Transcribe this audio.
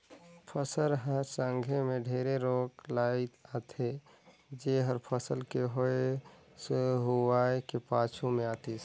फसल हर संघे मे ढेरे रोग राई आथे जेहर फसल के होए हुवाए के पाछू मे आतिस